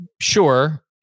Sure